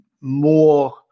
more